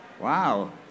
Wow